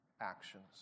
actions